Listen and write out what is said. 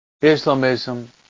Islamism